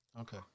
Okay